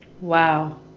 wow